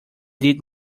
did